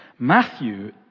Matthew